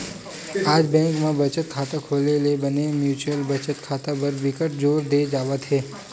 आज बेंक म बचत खाता खोले ले बने म्युचुअल बचत खाता बर बिकट जोर दे जावत हे